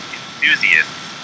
enthusiasts